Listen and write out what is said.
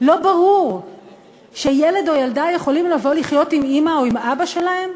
לא ברור שילד או ילדה יכולים לבוא לחיות עם אימא או עם אבא שלהם,